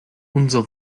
unser